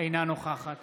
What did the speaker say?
אינה נוכחת